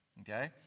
Okay